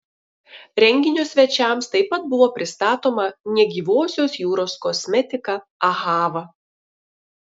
renginio svečiams taip pat buvo pristatoma negyvosios jūros kosmetika ahava